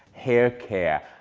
haircare,